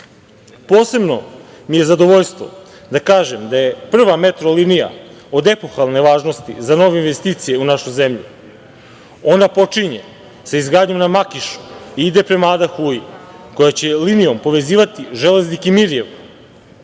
mi je zadovoljstvo da kažem da je prva metro linija od epohalne važnosti za nove investicije u našu zemlju. Ona počinje izgradnjom na Makišu, ide prema Adi Huji koja će linijom povezivati Železnik i Mirijevo.